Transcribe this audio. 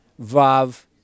Vav